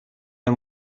der